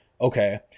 okay